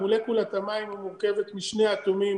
מולקולת המים מורכבת משני אטומים